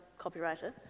copywriter